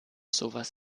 sowas